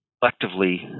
collectively